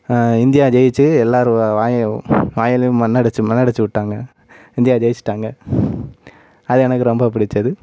India ஜெயித்து எல்லாரும் வாய வாயிலயும் மண் அடித்து மண் அடிச்சி விட்டாங்கள் இந்தியா ஜெயிச்சிட்டாங்கள் அது எனக்கு ரொம்ப பிடிச்சது